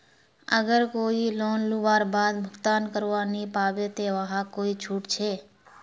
अगर कोई लोन लुबार बाद भुगतान करवा नी पाबे ते वहाक कोई छुट छे?